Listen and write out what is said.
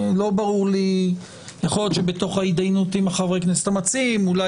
יכול להיות שבתוך ההידיינות עם חברי הכנסת המציעים אולי